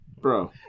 Bro